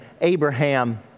Abraham